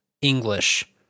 English